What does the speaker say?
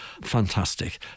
Fantastic